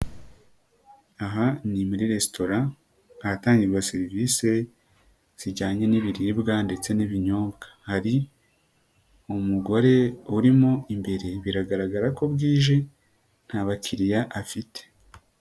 Aha ni muri Resitora ahatangirwa serivisi zijyanye n'ibiribwa ndetse n'ibinyobwa, hari umugore urimo imbere, biragaragara ko bwije nta bakiriya afite.